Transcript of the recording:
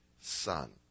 Son